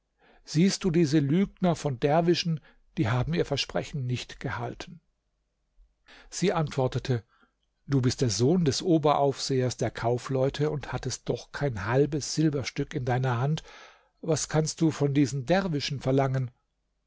siehst du diese lügner von derwischen die haben ihr versprechen nicht gehalten sie antwortete du bist der sohn des oberaufsehers der kaufleute und hattest doch kein halbes silberstück in deiner hand was kannst du von diesen derwischen verlangen